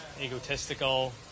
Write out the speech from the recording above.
egotistical